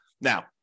now